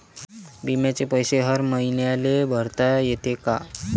बिम्याचे पैसे हर मईन्याले भरता येते का?